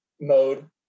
mode